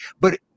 But-